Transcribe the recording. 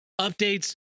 updates